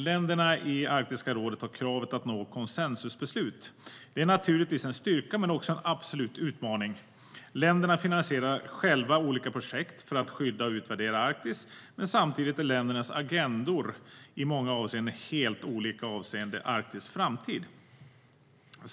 Länderna i Arktiska rådet har krav på sig att nå konsensusbeslut. Det är naturligtvis en styrka men också en absolut utmaning. Länderna finansierar själva olika projekt för att skydda och utvärdera Arktis. Men samtidigt är ländernas agendor i många avseenden helt olika i fråga om Arktis framtid.